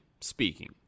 speaking